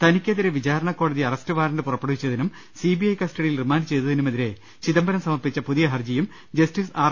തനിക്കെതിരെ വിചാരണ കോടതി അറസ്റ്റ് വാറണ്ട് പുറപ്പെടുവിച്ചതിനും സി ബി ഐ കസ്റ്റഡിയിൽ റിമാൻഡ് ചെയ്ത തിനുമെതിരെ ചിദംബരം സമർപ്പിച്ച പുതിയ ഹർജിയും ജസ്റ്റിസ് ആർ